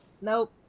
Nope